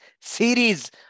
Series